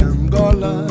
Angola